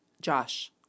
Josh